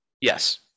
Yes